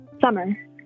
Summer